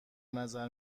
نظر